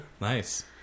Nice